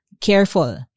careful